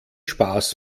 spaß